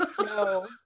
no